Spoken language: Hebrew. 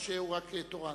או שהוא רק תורן?